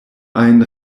ajn